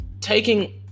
taking